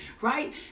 right